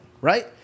right